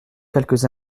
quelques